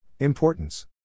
Importance